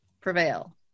prevail